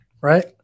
right